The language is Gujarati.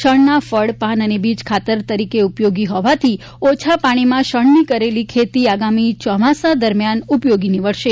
શણના ફળ પાન તથા બીજ ખાતર તરીકે ઉપયોગી હોવાથી ઓછા પાણીમાં શણની કરેલી ખેતી આગામી ચોમાસા દરમિયાન ઉપયોગી નીડવશે